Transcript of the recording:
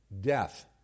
death